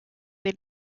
they